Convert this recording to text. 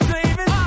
David